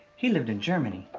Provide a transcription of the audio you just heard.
he lived in germany.